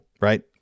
right